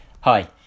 Hi